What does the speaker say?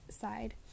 side